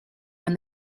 when